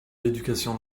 l’éducation